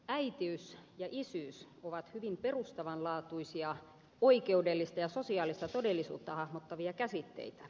äitiys ja isyys ovat hyvin perustavanlaatuisia oikeudellista ja sosiaalista todellisuutta hahmottavia käsitteitä